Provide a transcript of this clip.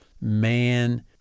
man